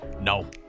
No